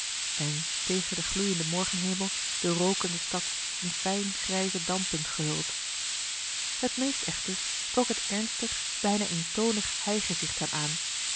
en tegen den gloeienden morgenhemel de rookende stad in fijn grijze dampen gehuld het meest echter trok het ernstig bijna eentoonig heigezicht hem aan